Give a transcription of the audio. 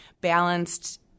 balanced